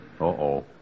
Uh-oh